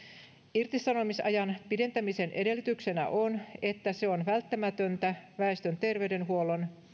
irtisanomisajan pidentämisen edellytyksenä on että se on välttämätöntä väestön terveydenhuollon